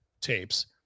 tapes